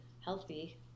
healthy